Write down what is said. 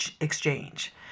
exchange